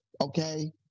Okay